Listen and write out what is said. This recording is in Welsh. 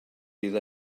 bydd